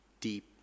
deep